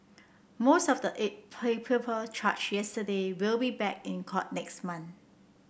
most of the eight people charge yesterday will be back in court next month